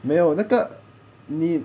没有那个你